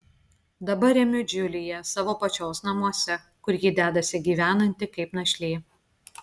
dabar remiu džiuliją savo pačios namuose kur ji dedasi gyvenanti kaip našlė